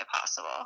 possible